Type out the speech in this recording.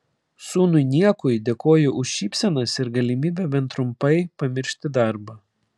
sūnui niekui dėkoju už šypsenas ir galimybę bent trumpai pamiršti darbą